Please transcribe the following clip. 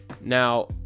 now